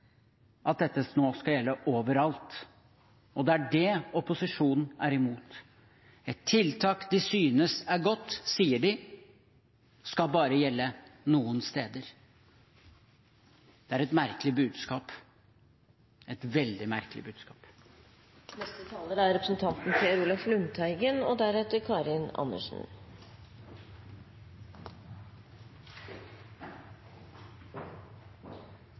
det er det opposisjonen er imot. Et tiltak de synes er godt, sier de, skal bare gjelde noen steder. Det er et merkelig budskap – et veldig merkelig budskap. Senterpartiet er sterk tilhenger av det gamle slagordet fra Arbeiderpartiet om å gjøre sin plikt og